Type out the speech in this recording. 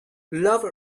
love